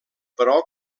però